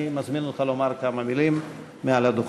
אני מזמין אותך לומר כמה מילים מעל הדוכן.